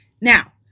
Now